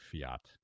fiat